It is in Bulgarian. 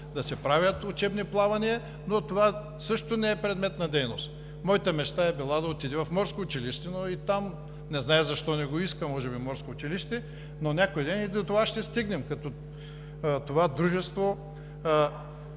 да се правят учебни плавания. Но това също не е предмет на дейност. Моята мечта е била да отиде в Морското училище, но и там… Не зная защо не го иска може би Морското училище, но някой ден и до това ще стигнем, като това дружество…